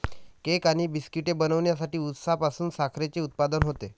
cake आणि बिस्किटे बनवण्यासाठी उसापासून साखरेचे उत्पादन होते